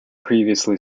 previously